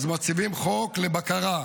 אז מציבים חוק לבקרה.